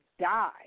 die